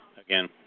again